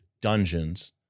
dungeons